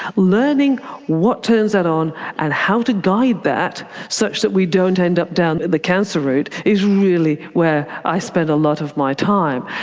learning what turns that on and how to guide that such that we don't end up down the cancer route is really where i spend a lot of my time.